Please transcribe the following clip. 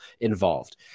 involved